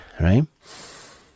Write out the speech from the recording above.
right